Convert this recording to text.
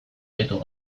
ditu